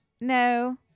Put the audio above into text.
No